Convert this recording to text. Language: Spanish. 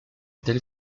del